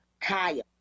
Kaya